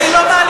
היא לא מהליכוד?